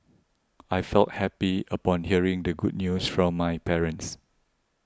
I felt happy upon hearing the good news from my parents